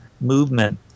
movement